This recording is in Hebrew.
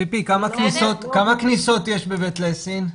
ציפי, כמה כניסות יש בית ליסין?